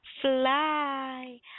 fly